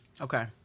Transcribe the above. Okay